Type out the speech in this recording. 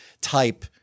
type